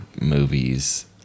movies